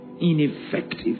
ineffective